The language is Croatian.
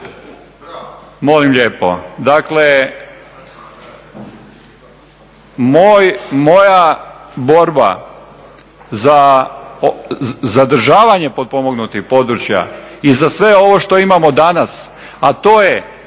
Molim lijepo. Dakle, moja borba za zadržavanje potpomognutih područja i za sve ovo što imamo danas, a to je